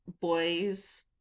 boys